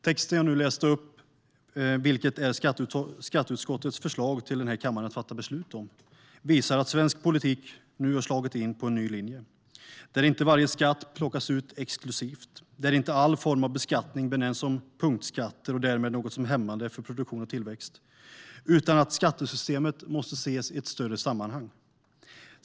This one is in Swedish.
Det jag nu läste upp, vilket är skatteutskottets förslag till kammaren att fatta beslut om, visar att svensk politik nu har slagit in på en ny linje. Det är en linje där inte varje skatt plockas ut exklusivt och där inte all form av beskattning benämns som punktskatter och därmed något som är hämmande för produktion och tillväxt. Skattesystemet måste i stället ses i ett större sammanhang.